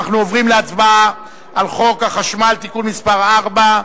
אנחנו עוברים להצבעה על הצעת חוק החשמל (תיקון מס' 4),